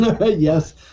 Yes